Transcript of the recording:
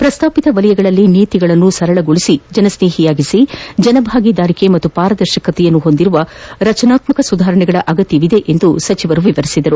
ಪ್ರಸ್ತಾಪಿತ ವಲಯಗಳಲ್ಲಿ ನೀತಿಗಳನ್ನು ಸರಳಗೊಳಿಸಿ ಜನಸ್ತೇಹಿಯಾಗಿಸಿ ಜನಭಾಗೀದಾರಿಕೆ ಮತ್ತು ಪಾರದರ್ಶಕತೆಯನ್ನು ಹೊಂದಿರುವ ರಚನಾತ್ಮಕ ಸುಧಾರಣೆಗಳ ಅಗತ್ಯವಿದೆ ಎಂದು ಸಚಿವರು ವಿವರಿಸಿದರು